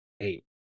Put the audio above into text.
Eight